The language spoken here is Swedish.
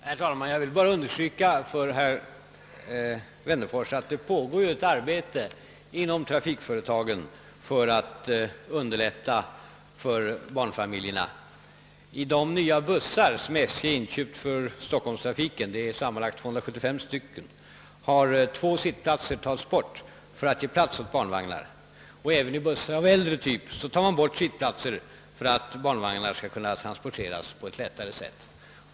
Herr talman! Jag vill understryka för herr Wennerfors att det inom trafikföretagen pågår arbete för att underlätta förhållandena för barnfamiljerna. I de nya bussar som SJ inköpt för stockholmstrafiken, sammanlagt 275 stycken, har två sittplatser tagits bort för att ge plats åt barnvagnar. Även i bussar av äldre typ tar man nu bort sittplatser för att barnvagnarna skall kunna transporteras på ett lättare sätt.